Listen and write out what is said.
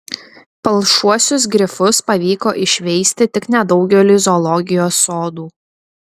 palšuosius grifus pavyko išveisti tik nedaugeliui zoologijos sodų